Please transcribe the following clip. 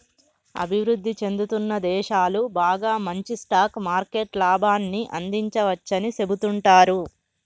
అభివృద్ధి చెందుతున్న దేశాలు బాగా మంచి స్టాక్ మార్కెట్ లాభాన్ని అందించవచ్చని సెబుతుంటారు